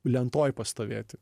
lentoj pastovėti